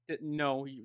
no